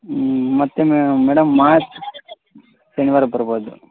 ಮತ್ತೆ ಮೆ ಮೇಡಮ್ ಮಾ ಶನಿವಾರ ಬರ್ಬೋದು